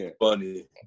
funny